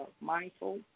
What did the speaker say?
mindful